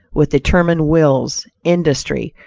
with determined wills, industry,